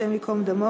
השם ייקום דמו.